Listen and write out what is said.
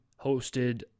hosted